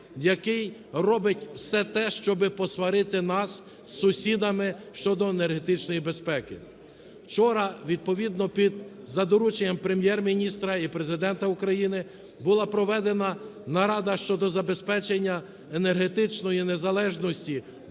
який робить все те, щоб посварити нас з сусідами щодо енергетичної безпеки. Вчора відповідно під… за дорученням Прем'єр-міністра і Президента України була проведена нарада щодо забезпечення енергетичної незалежності